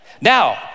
Now